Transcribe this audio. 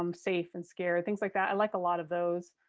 um safe and scared. things like that. i like a lot of those.